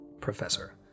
professor